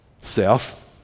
Self